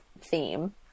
theme